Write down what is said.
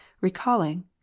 recalling